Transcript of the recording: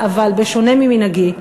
אבל, אבל בשונה ממנהגי,